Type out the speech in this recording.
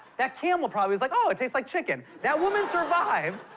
that camel probably was like, ah ah tastes like chicken! that woman survived,